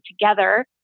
together